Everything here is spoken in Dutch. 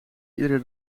iedere